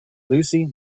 lucy